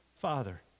father